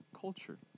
culture